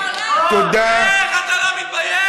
נגד הערבים, תודה, איך אתה לא מתבייש?